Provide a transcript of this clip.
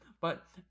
But-